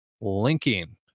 linking